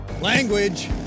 Language